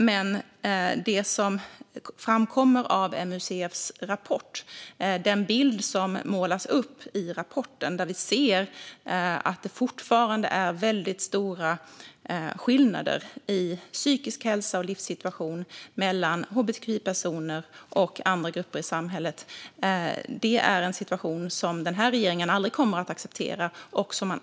Men den bild som målas upp i MUCF:s rapport är att det fortfarande är väldigt stora skillnader i psykisk hälsa och livssituation mellan hbtqi-personer och andra grupper i samhället. Det är en situation som den här regeringen aldrig kommer att acceptera.